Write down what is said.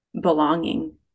belonging